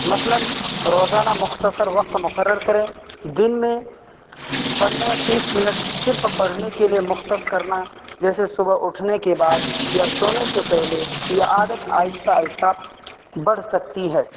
مثلاً روزانہ مختصر وقت مقرر کریں دن میں پندرہ تیس منٹ صرف پڑھنے کے لیے مختص کرنا جیسے صبح اٹھنے کے بعد یا سونے سے پہلے یہ عادت آہستہ آہستہ بڑھ سکتی ہے